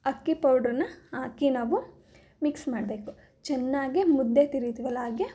ಅಕ್ಕಿ ಪೌಡ್ರುನ್ನ ಹಾಕಿ ನಾವು ಮಿಕ್ಸ್ ಮಾಡಬೇಕು ಚೆನ್ನಾಗಿ ಮುದ್ದೆ ತಿರಿತಿವಲ್ಲ ಹಾಗೆ